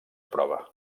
prova